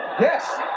Yes